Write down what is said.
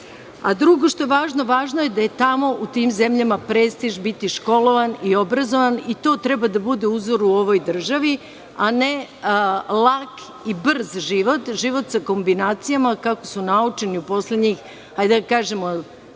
izuzetno ulaže. Drugo, važno je da je tamo u tim zemljama prestiž biti školovan i obrazovan. To treba da bude uzor u ovoj državi, a ne lak i brz život, život sa kombinacijama, kako su naučeni u poslednjih, hajde da kažemo,